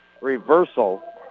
reversal